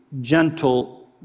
gentle